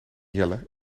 jelle